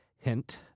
Hint